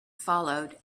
followed